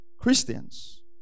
Christians